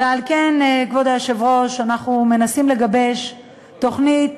ועל כן, כבוד היושב-ראש, אנחנו מנסים לגבש תוכנית